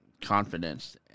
confidence